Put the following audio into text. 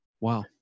Wow